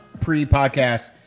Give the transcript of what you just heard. Pre-podcast